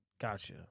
Gotcha